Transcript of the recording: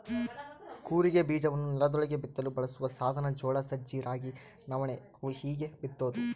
ಕೂರಿಗೆ ಬೀಜವನ್ನು ನೆಲದೊಳಗೆ ಬಿತ್ತಲು ಬಳಸುವ ಸಾಧನ ಜೋಳ ಸಜ್ಜೆ ರಾಗಿ ನವಣೆ ಅವು ಹೀಗೇ ಬಿತ್ತೋದು